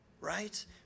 right